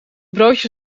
broodje